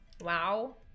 wow